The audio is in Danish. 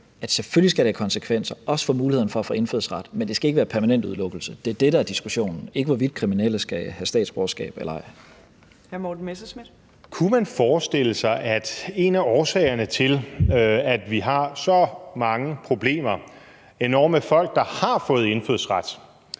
selvfølgelig skal det have konsekvenser, også for muligheden for at få indfødsret, men det skal ikke være permanent udelukkelse. Det er det, der er diskussionen – ikke hvorvidt kriminelle skal have statsborgerskab eller ej. Kl. 13:36 Fjerde næstformand (Trine Torp): Hr. Morten Messerschmidt.